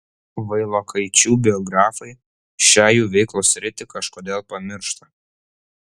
vailokaičių biografai šią jų veiklos sritį kažkodėl pamiršta